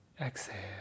exhale